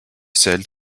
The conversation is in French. sel